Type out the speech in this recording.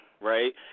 right